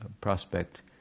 prospect